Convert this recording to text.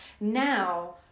now